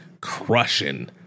crushing